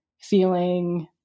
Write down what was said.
feeling